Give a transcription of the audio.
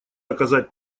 оказать